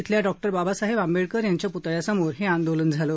श्वेल्या डॉ बाबासाहेब आंबेडकर यांच्या पुतळ्यासमोर हे आंदोलन झाल